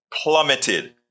plummeted